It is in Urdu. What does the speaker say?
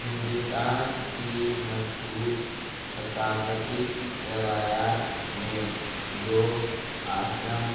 ہندوستان کی مشہور ثقافتی روایات میں یوگ آشرم